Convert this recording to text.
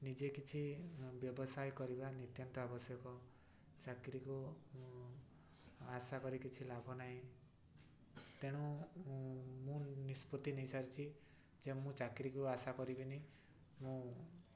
ନିଜେ କିଛି ବ୍ୟବସାୟ କରିବା ନିତ୍ୟାନ୍ତ ଆବଶ୍ୟକ ଚାକିରିକୁ ଆଶା କରି କିଛି ଲାଭ ନାହିଁ ତେଣୁ ମୁଁ ନିଷ୍ପତ୍ତି ନେଇ ସାରିଛି ଯେ ମୁଁ ଚାକିରିକୁ ଆଶା କରିବିନି ମୁଁ